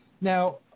Now